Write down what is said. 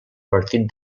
partit